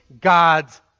God's